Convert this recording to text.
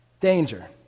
Danger